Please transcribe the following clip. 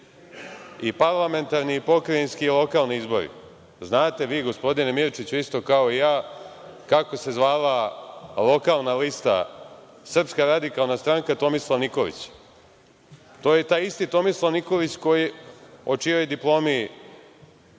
i parlamentarni i pokrajinski i lokalni izbori. Znate vi, gospodine Mirčiću, isto kao i ja kako se zvala lokalna lista „Srpska radikalna stranka – Tomislav Nikolić“. To je taj isti Tomislav Nikolić o čijoj diplomi